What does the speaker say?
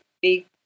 big